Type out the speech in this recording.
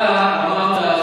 אתה אמרת,